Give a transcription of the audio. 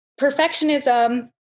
perfectionism